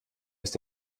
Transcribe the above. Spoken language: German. ist